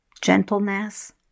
gentleness